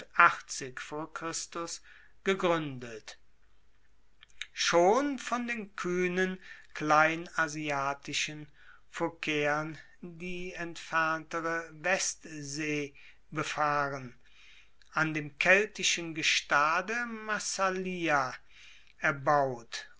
gegruendet schon von den kuehnen kleinasiatischen phokaeern die entferntere westsee befahren an dem keltischen gestade massalia erbaut